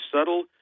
subtle